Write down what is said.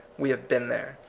we have been there.